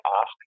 ask